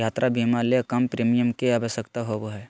यात्रा बीमा ले कम प्रीमियम के आवश्यकता होबो हइ